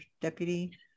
deputy